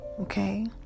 Okay